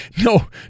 no